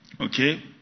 Okay